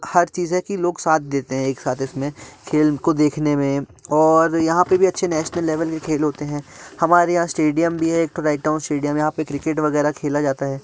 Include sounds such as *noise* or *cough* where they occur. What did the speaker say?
हर चीज है कि लोग साथ देते हैं एक साथ इसमें खेल को देखने में और यहाँ पे भी अच्छे नेशनल लेवल के खेल होते हैं हमारे यहाँ स्टेडियम भी है एक *unintelligible* स्टेडियम है यहाँ पे क्रिकेट वगैरह खेला जाता है